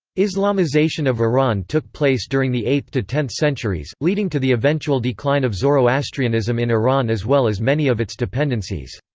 islamization of iran took place during the eighth to tenth centuries, leading to the eventual decline of zoroastrianism in iran as well as many of its dependencies.